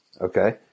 Okay